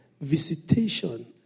visitation